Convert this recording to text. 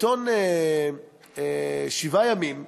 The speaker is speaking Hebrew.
בעיתון "7 ימים"